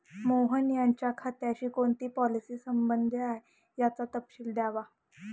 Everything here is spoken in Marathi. मोहन यांच्या खात्याशी कोणती पॉलिसी संबंधित आहे, याचा तपशील द्यावा